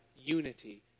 unity